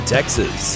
Texas